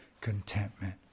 contentment